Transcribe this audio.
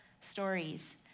stories